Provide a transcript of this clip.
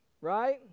right